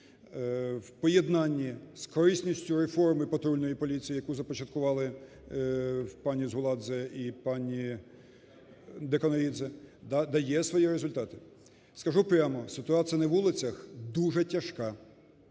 в поєднанні з корисністю реформи патрульної поліції, яку започаткували пані Згуладзе і пані Деканоїдзе дає свої результати. Скажу прямо, ситуація на вулицях дуже тяжка,